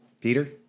Peter